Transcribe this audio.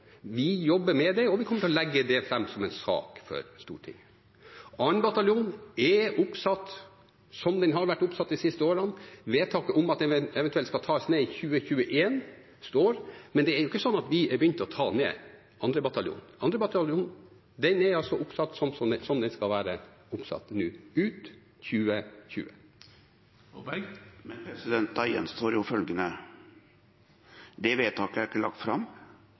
Vi jobber med det, og vi kommer til å legge det fram som en sak for Stortinget. 2. bataljon er oppsatt, som den har vært oppsatt de siste årene. Vedtaket om at den eventuelt skal tas ned i 2021, står, men det er jo ikke sånn at vi har begynt å ta ned 2. bataljon. 2. bataljon er altså nå oppsatt sånn som den skal være oppsatt, ut 2020. Men da gjenstår jo følgende: Det vedtaket er ikke lagt fram,